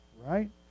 right